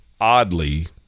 oddly